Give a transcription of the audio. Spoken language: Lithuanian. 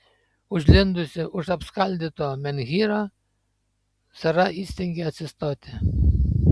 užlindusi už apskaldyto menhyro sara įstengė atsistoti